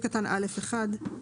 קטן (א1)